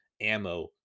ammo